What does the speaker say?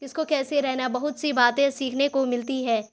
کس کو کیسے رہنا ہے بہت سی باتیں سیکھنے کو ملتی ہے